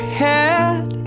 head